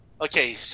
okay